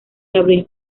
abril